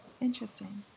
interesting